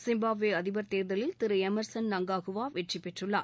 Zimbabwe அதிபர் தேர்தலில் திரு எமர்சன் நங்காகுவா வெற்றி பெற்றுள்ளார்